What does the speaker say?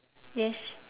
yes